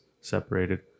separated